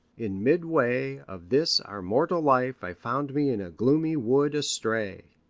in midway of this our mortal life i found me in a gloomy wood astray.